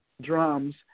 drums